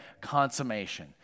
consummation